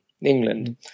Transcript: England